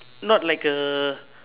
not like a